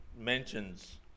mentions